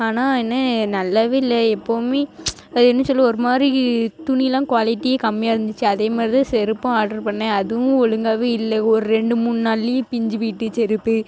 ஆனால் என்ன நல்லாவே இல்லை எப்போதுமே அது என்ன சொல்வோம் ஒருமாதிரி துணிலாம் குவாலிட்டியே கம்மியாக இருந்துச்சு அதேமாரி தான் செருப்பும் ஆர்ட்ரு பண்ணேன் அதுவும் ஒழுங்காவே இல்லை ஒரு ரெண்டு மூணு நாள்லேயே பிஞ்சு போயிட்டு செருப்பு